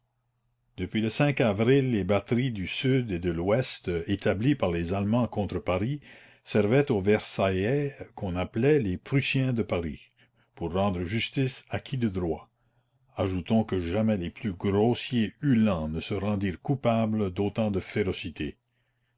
depuis le avril les batteries du sud et de l'ouest établies par les allemands contre paris servaient aux versaillais qu'on appelait les prussiens de paris pour rendre justice à qui de droit ajoutons que jamais les plus grossiers uhlans ne se rendirent coupables d'autant de férocité